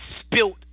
spilt